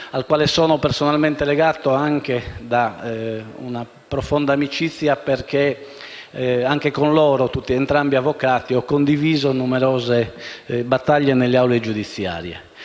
ai quali sono personalmente legato da una profonda amicizia, perché anche con loro, entrambi avvocati, ho condiviso numerose battaglie nelle aule giudiziarie.